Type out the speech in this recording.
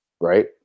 Right